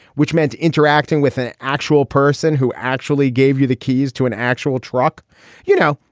which meant interacting with an actual person who actually gave you the keys to an actual truck you know,